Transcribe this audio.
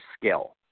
skill